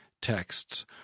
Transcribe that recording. texts